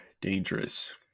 dangerous